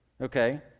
okay